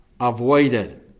avoided